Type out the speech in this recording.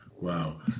Wow